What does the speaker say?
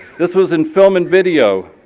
this was in film and video,